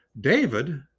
David